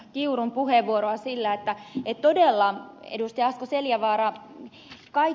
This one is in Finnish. kiurun puheenvuoroa sillä että todella ed